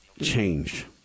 change